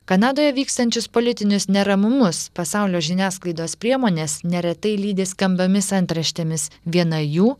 kanadoje vykstančius politinius neramumus pasaulio žiniasklaidos priemonės neretai lydi skambiomis antraštėmis viena jų